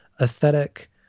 aesthetic